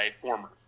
former